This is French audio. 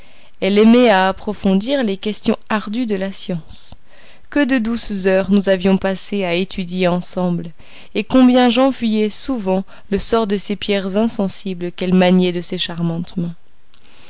elle aimait à approfondir les questions ardues de la science que de douces heures nous avions passées à étudier ensemble et combien j'enviai souvent le sort de ces pierres insensibles qu'elle maniait de ses charmantes